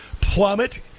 plummet